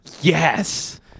Yes